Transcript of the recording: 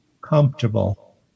comfortable